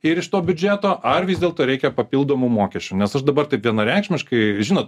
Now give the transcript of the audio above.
ir iš to biudžeto ar vis dėlto reikia papildomų mokesčių nes aš dabar taip vienareikšmiškai žinot